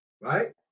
Right